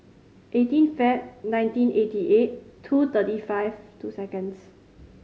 eighteen Feb nineteen eighty eight two thirty five two seconds